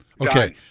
Okay